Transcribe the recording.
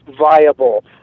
viable